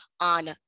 on